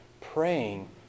praying